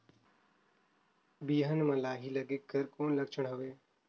बिहान म लाही लगेक कर कौन लक्षण हवे?